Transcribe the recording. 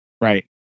right